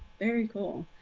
very cool.